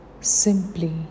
Simply